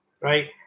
right